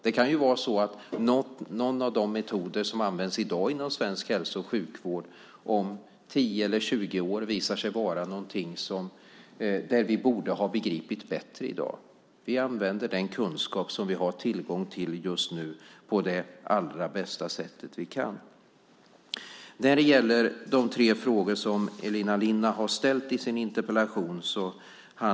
Det kan ju vara så när det gäller någon av de metoder som används i dag inom svensk hälso och sjukvård att det om 10 eller 20 år visar sig att vi borde ha begripit bättre. Vi använder den kunskap som vi har tillgång till just nu på det bästa sättet vi kan. Elina Linna har ställt tre frågor i sin interpellation.